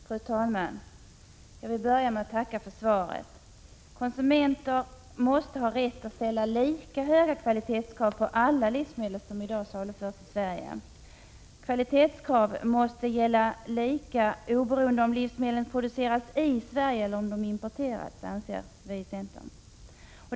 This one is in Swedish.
Fru talman! Jag vill börja med att tacka för svaret. Konsumenter måste ha rätt att ställa lika höga kvalitetskrav på alla livsmedel som i dag saluförs i Sverige. Inom centern anser vi att kvalitetskrav måste gälla lika oberoende av om livsmedlen produceras i Sverige eller om de har importerats.